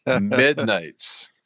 Midnights